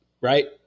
Right